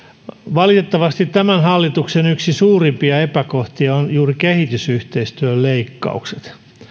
valitettavasti tämän hallituksen yksi suurimpia epäkohtia on juuri kehitysyhteistyön leikkaukset